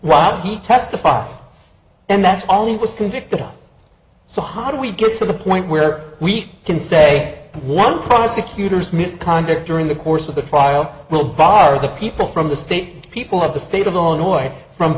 while he testified and that's all he was convicted of so hard we get to the point where we can say one prosecutors misconduct during the course of the trial will bar the people from the state people of the state of illinois from